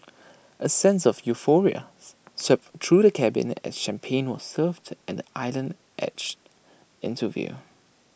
A sense of euphoria swept through the cabin as champagne was served and island edged into view